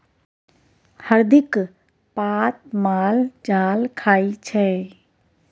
हरदिक पात माल जाल खाइ छै